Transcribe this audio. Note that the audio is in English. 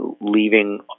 leaving